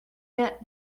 yet